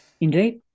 indeed